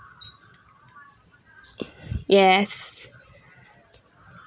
yes